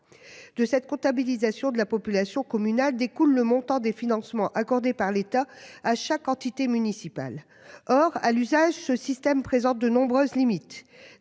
De cette comptabilisation de la population communale des cool le montant des financements accordés par l'État à chaque entité municipale. Or à l'usage ce système présente de nombreuses limites.